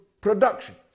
production